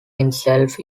himself